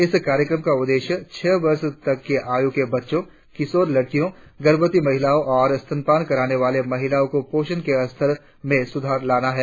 इस कार्यक्रम का उद्देश्य छह वर्ष तक की आयु के बच्चों किशोर लड़कियों गर्भवती महिलाओं और स्तनपान कराने वाली महिलाओं के पोषण के स्तर में सुधार लाना है